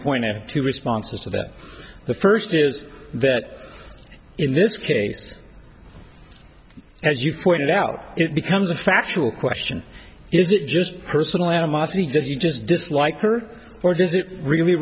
point two responses to that the first is that in this case as you pointed out it becomes a factual question is it just personal animosity does you just dislike her or does it really